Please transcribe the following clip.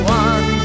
one